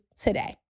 today